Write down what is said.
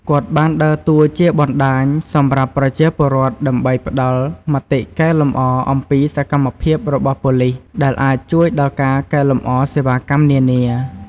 គាត់បានដើរតួជាបណ្តាញសម្រាប់ប្រជាពលរដ្ឋដើម្បីផ្តល់មតិកែលម្អអំពីសកម្មភាពរបស់ប៉ូលីស ដែលអាចជួយដល់ការកែលម្អសេវាកម្មនានា។